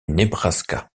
nebraska